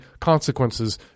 consequences